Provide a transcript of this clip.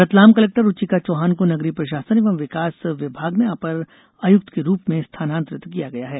Ratlam collector Ruchika Chauhan को नगरीय प्रशासन एवं विकास विभाग में अपर आयक्त के रूप में स्थानांतरित किया गया है